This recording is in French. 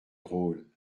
drôle